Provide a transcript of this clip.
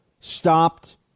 stopped